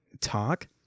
talk